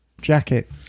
jacket